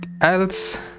else